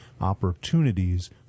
opportunities